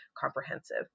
comprehensive